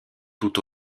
tout